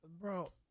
Bro